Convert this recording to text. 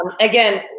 Again